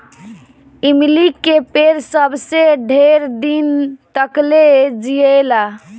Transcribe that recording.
इमली के पेड़ सबसे ढेर दिन तकले जिएला